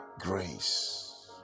grace